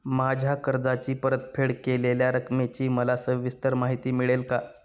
माझ्या कर्जाची परतफेड केलेल्या रकमेची मला सविस्तर माहिती मिळेल का?